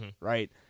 right